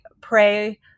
pray